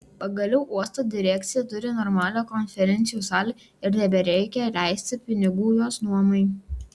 pagaliau uosto direkcija turi normalią konferencijų salę ir nebereikia leisti pinigų jos nuomai